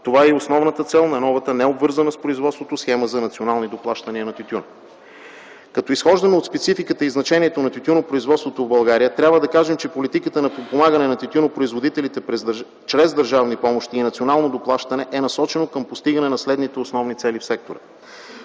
Това е и основната цел на новата необвързана с производството схема за национални доплащания на тютюн. Като изхождаме от спецификата и значението на тютюнопроизводството в България, трябва да кажем, че политиката на подпомагане на тютюнопроизводителите чрез държавни помощи и национално доплащане е насочена към постигане на следните основни цели в сектора.